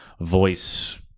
voice